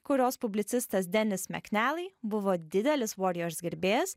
kurios publicistas denis makneli buvo didelis warriors gerbėjas